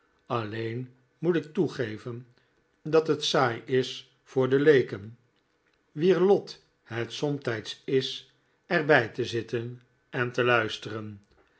alleen moet ik toegeven dat het saai is voor de leeken wier lot het somtijds is er bij te zitten en te luisteren